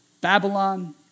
Babylon